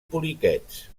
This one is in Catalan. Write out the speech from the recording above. poliquets